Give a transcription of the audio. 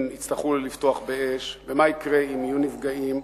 יצטרכו לפתוח באש ומה יקרה אם יהיו נפגעים,